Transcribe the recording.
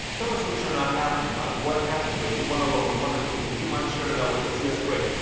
tell us what you're not happy about. what happened? we want to learn. we want to improve. would you mind sharing that with us? yes, great.